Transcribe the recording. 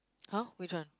!huh! which one